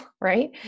right